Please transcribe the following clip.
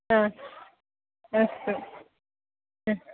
हा अस्तु हा